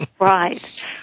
Right